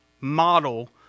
model